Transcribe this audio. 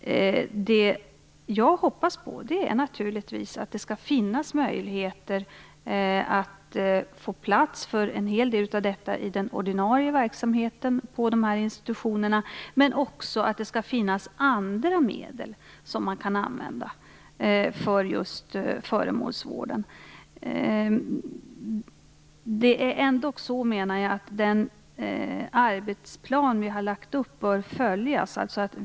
Det jag hoppas på är naturligtvis att det skall finnas möjligheter att få plats för en hel del av detta i den ordinarie verksamheten på de här institutionerna, men också att det skall finnas andra medel man kan använda för just föremålsvård. Jag menar ändå att den arbetsplan vi har lagt upp bör följas.